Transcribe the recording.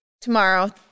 Tomorrow